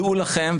דעו לכם,